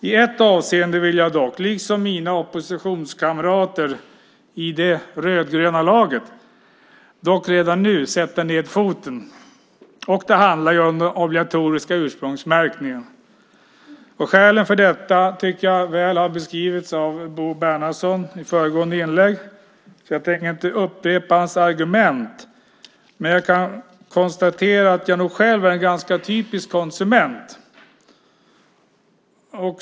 I ett avseende vill jag dock, liksom mina oppositionskamrater i det rödgröna laget, redan nu sätta ned foten. Det handlar om den obligatoriska ursprungsmärkningen. Skälen för detta tycker jag väl har beskrivits av Bo Bernhardsson i föregående inlägg, så jag tänker inte upprepa hans argument. Men jag kan konstatera att jag nog själv är en typisk konsument.